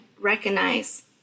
recognize